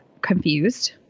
confused